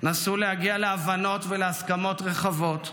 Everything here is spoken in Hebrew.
נסו להגיע להבנות ולהסכמות רחבות.